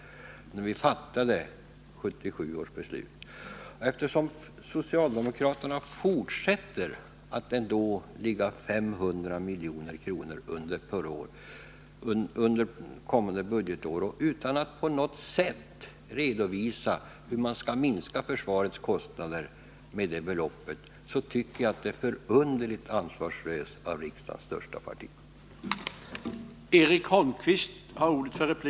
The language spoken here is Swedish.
Socialdemokraterna föreslår nu minskade försvarsanslag med 500 milj.kr. under kommande budgetår utan att på något sätt redovisa hur försvarets kostnader skall minskas. Detta tycker jag är förunderligt ansvarslöst av riksdagens största parti.